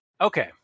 okay